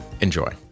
Enjoy